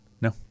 No